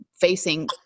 facing